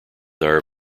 are